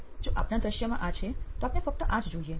જો આપના દૃશ્યમાં આ છે તો આપને ફક્ત આ જ જોઈએ